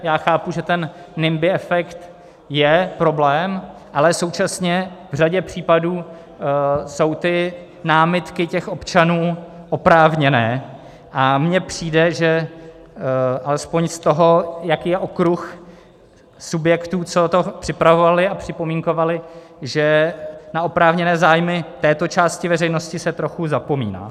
Já chápu, že NIMBY efekt je problém, ale současně v řadě případů jsou ty námitky občanů oprávněné a mně přijde, že alespoň z toho, jaký je okruh subjektů, co to připravovaly a připomínkovaly, že se na oprávněné zájmy této části veřejnosti trochu zapomíná.